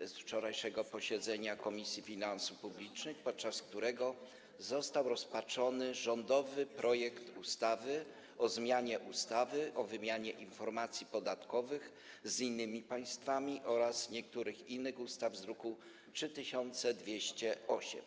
z wczorajszego posiedzenia Komisji Finansów Publicznych, podczas którego został rozpatrzony rządowy projekt ustawy o zmianie ustawy o wymianie informacji podatkowych z innymi państwami oraz niektórych innych ustaw, druk nr 3208.